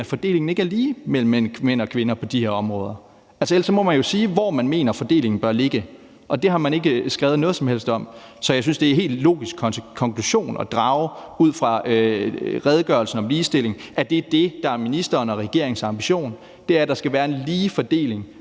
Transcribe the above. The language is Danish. at fordelingen ikke er lige mellem mænd og kvinder på de her områder. Ellers må man jo sige, hvor man mener fordelingen bør ligge, og det har man ikke skrevet noget som helst om. Så jeg synes, det er en helt logisk konklusion at drage ud fra redegørelsen om ligestilling, at det er det, der er ministeren og regeringens ambition, altså at der skal være en lige fordeling